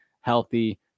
healthy